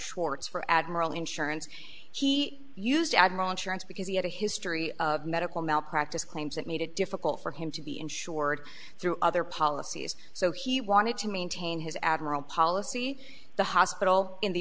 schwartz for admiral insurance he used adderall insurance because he had a history of medical malpractise claims that made it difficult for him to be insured through other policies so he wanted to maintain his admiral policy the hospital in the